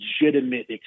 legitimate